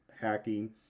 hacking